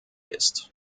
ist